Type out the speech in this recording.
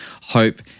hope